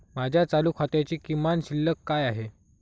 माझ्या चालू खात्याची किमान शिल्लक काय आहे?